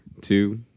two